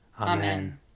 Amen